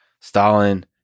Stalin